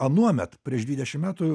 anuomet prieš dvidešim metų